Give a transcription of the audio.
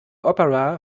opera